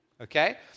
Okay